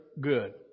good